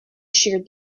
sheared